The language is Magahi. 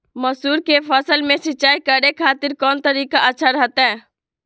मसूर के फसल में सिंचाई करे खातिर कौन तरीका अच्छा रहतय?